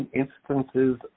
instances